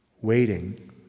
waiting